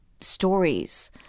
stories